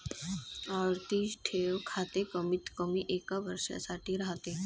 आवर्ती ठेव खाते कमीतकमी एका वर्षासाठी राहते